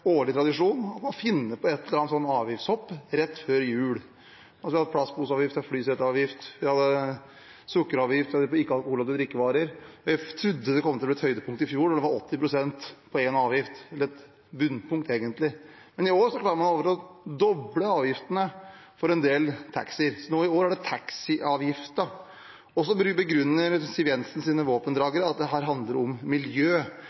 årlig tradisjon å finne på et eller annet avgiftshopp rett før jul, som plastposeavgift, flyseteavgift eller sukkeravgift på ikke-alkoholholdige drikkevarer. Vi trodde det var et høydepunkt i fjor med en avgift på 80 pst. – et bunnpunkt egentlig. I år klarer man altså å doble avgiftene for en del taxier. I år er det taxiavgiften, og det begrunnes av Siv Jensens våpendragere med at det handler om miljø.